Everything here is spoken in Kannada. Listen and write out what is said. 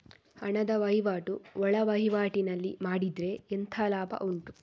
ಹಣದ ವಹಿವಾಟು ಒಳವಹಿವಾಟಿನಲ್ಲಿ ಮಾಡಿದ್ರೆ ಎಂತ ಲಾಭ ಉಂಟು?